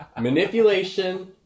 manipulation